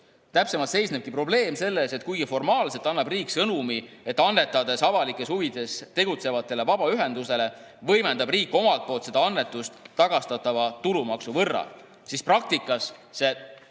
Täpsemalt seisnebki probleem selles, et kuigi formaalselt annab riik sõnumi, et annetades avalikes huvides tegutsevatele vabaühendusele, võimendab riik omalt poolt seda annetust tagastatava tulumaksu võrra, siis praktikas see